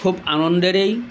খুব আনন্দেৰেই